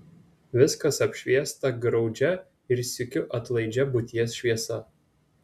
viskas apšviesta graudžia ir sykiu atlaidžia būties šviesa